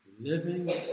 living